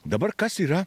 dabar kas yra